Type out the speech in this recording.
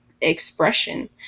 expression